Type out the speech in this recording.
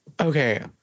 okay